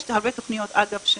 יש הרבה תכניות, אבל,